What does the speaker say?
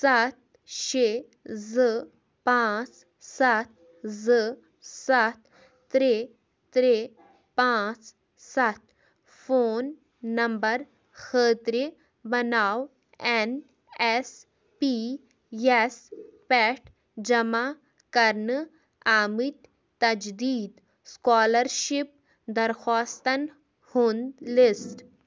سَتھ شےٚ زٕ پانٛژھ سَتھ زٕ سَتھ ترٛےٚ ترٛےٚ پانٛژھ سَتھ فون نمبر خٲطرٕ بناو این ایس پی یَس پٮ۪ٹھ جمع کرنہٕ آمٕتۍ تجدیٖد سُکالرشِپ درخواستن ہُنٛد لسٹ